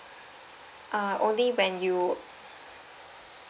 ah only when you